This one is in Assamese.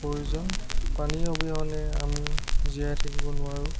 প্ৰয়োজন পানী অবিহনে আমি জীয়াই থাকিব নোৱাৰো